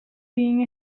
being